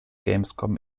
gamescom